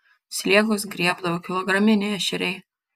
sliekus griebdavo kilograminiai ešeriai